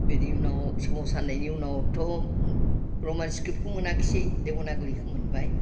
बेनि उनाव सोमावसारनायनि उनावथ' रमान स्क्रिप्टखौ मोनाखिसै देबनागरिखो मोनबाय